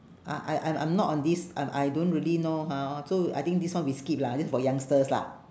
ah I I'm I'm not on this um I don't really know hor so I think this one we skip lah this is for youngsters lah